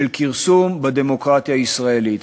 של כרסום בדמוקרטיה הישראלית.